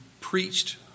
preached